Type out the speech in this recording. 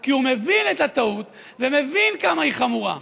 כי הוא מבין את הטעות ומבין כמה היא חמורה.